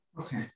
Okay